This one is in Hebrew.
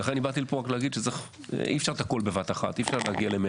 לכן אני באתי להגיד שאי אפשר את הכול בבת אחת ואי אפשר 100%,